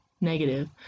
negative